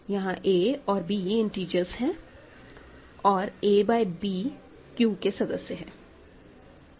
यहां a और b integers है और a बय b Q के सदस्य है